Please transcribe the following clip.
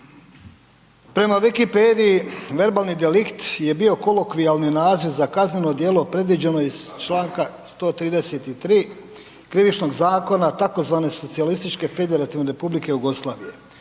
Prema Wikipediji, verbalni delikt je bio kolokvijalni naziv za kazneno djelo predviđeno iz čl. 133. Krivičnog zakona tzv. SFRJ-a. Na temelju te zakonske odredbe,